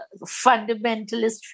fundamentalist